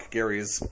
Gary's